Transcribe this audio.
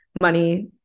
money